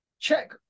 Check